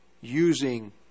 using